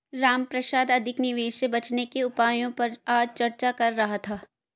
रामप्रसाद अधिक निवेश से बचने के उपायों पर आज चर्चा कर रहा था